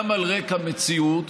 גם על רקע מציאות